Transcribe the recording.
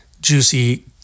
juicy